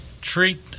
treat